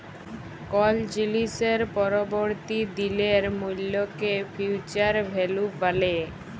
call জিলিসের পরবর্তী দিলের মূল্যকে ফিউচার ভ্যালু ব্যলে